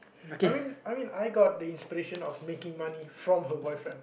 I mean I mean I got the inspiration of making money from her boyfriend